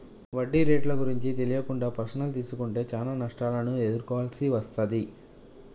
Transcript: వడ్డీ రేట్లు గురించి తెలియకుండా పర్సనల్ తీసుకుంటే చానా నష్టాలను ఎదుర్కోవాల్సి వస్తది